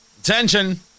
attention